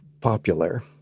popular